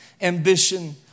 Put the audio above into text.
ambition